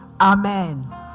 Amen